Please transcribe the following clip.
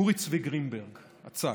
אורי צבי גרינברג, אצ"ג.